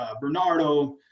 Bernardo